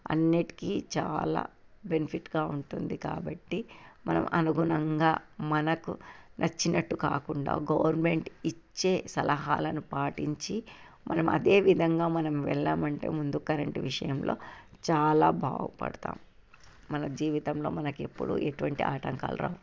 అన్నింటికీ చాలా బెనిఫిట్గా ఉంటుంది కాబట్టి మనం అనుగుణంగా మనకు నచ్చినట్టు కాకుండా గవర్నమెంట్ ఇచ్చే సలహాలను పాటించి మనం అదే విధంగా మనం వెళ్ళామంటే ముందు కరెంట్ విషయంలో చాలా బాగుపడతాము మన జీవితంలో మనకు ఎప్పుడూ ఎటువంటి ఆటంకాలు రావు